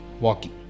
walking